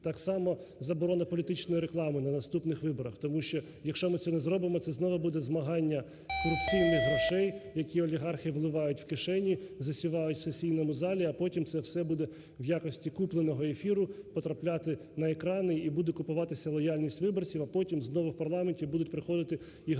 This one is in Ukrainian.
Так само заборона політичної реклами на наступних виборах, тому що якщо ми це не зробимо, це знову буде змагання корупційних грошей, які олігархи вливають в кишені, засівають в сесійному залі, а потім це все буде в якості купленого ефіру потрапляти на екрани і буде купуватися лояльність виборців, а потім знову в парламенті будуть приходити і грабувати.